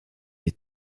est